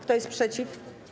Kto jest przeciw?